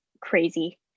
crazy